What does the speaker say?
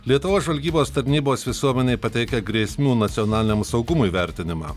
lietuvos žvalgybos tarnybos visuomenei pateikia grėsmių nacionaliniam saugumui vertinimą